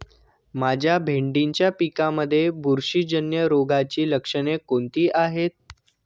माझ्या भेंडीच्या पिकामध्ये बुरशीजन्य रोगाची लक्षणे कोणती आहेत?